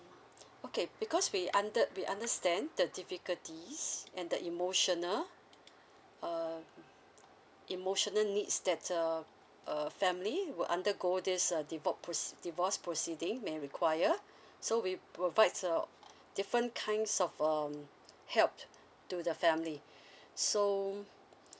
okay because we under we understand the difficulties and the emotional uh emotional needs that's uh a family will undergo this uh divorce process divorce proceeding may required so we provide uh different kinds of um help to the family so